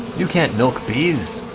you can milk bees